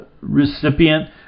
recipient